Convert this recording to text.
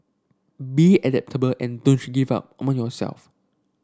be adaptable and don't give up among yourself